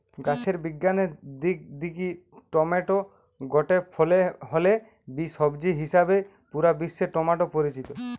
গাছের বিজ্ঞানের দিক দিকি টমেটো গটে ফল হলে বি, সবজি হিসাবেই পুরা বিশ্বে টমেটো পরিচিত